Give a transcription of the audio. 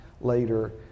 later